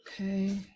Okay